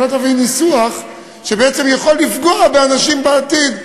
שלא תביאי ניסוח שבעצם יכול לפגוע באנשים בעתיד,